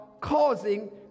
causing